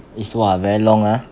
is !wah! very long ah